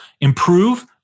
improve